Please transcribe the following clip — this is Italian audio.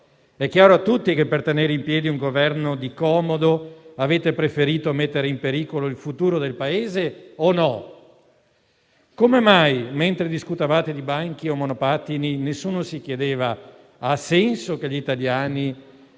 È chiaro a tutti che, per tenere in piedi un Governo di comodo, avete preferito mettere in pericolo il futuro del Paese? Come mai, mentre discutevate di banchi o monopattini, nessuno si chiedeva se avesse senso che gli italiani